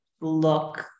look